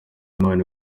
imana